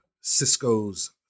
Cisco's